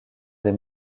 des